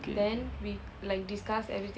okay